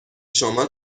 شما